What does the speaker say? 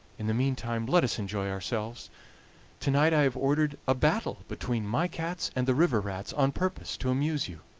in the meantime let us enjoy ourselves to-night i have ordered a battle between my cats and the river rats on purpose to amuse you.